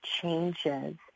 changes